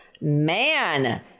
Man